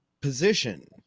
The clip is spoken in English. position